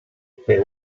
per